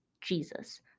Jesus